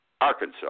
Arkansas